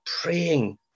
praying